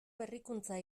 berrikuntza